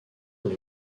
pour